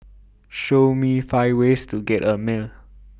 Show Me five ways to get A Male